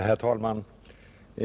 Herr talman!